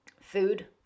food